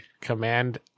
Command